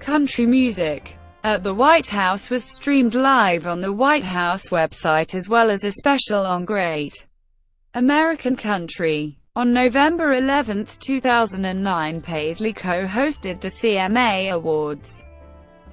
country music at the white house was streamed live on the white house website as well as a special on great american country. on november eleven, two thousand and nine, paisley co-hosted the cma awards